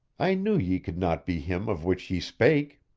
i knew ye could not be him of which ye spake.